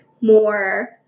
more